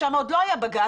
שם עוד לא היה בג"ץ,